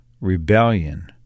rebellion